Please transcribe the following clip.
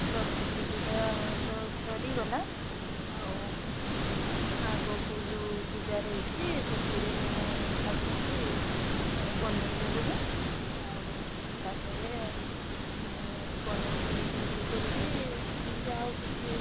ସରସ୍ଵତୀ ପୂଜା ତ ସରିଗଲା ଆଉ ଆଗକୁ ଯେଉଁ ପୂଜା ରହିଛି ସେଥିରେ ମୁଁ ଭାବୁଛି ବନାଇବି ବୋଲି ଆଉ ତା'ପରେ ମୁଁ ବନାଇକି ବିକ୍ରି କରିବି ଯାହା ହେଉ କିଛି